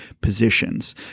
positions